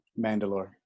Mandalore